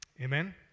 Amen